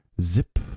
zip